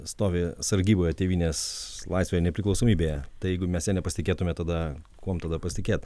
stovi sargyboje tėvynės laisvėje nepriklausomybėje tai jeigu mes ja nepasitikėtume tada kuom tada pasitikėt